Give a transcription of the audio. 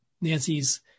Nancy's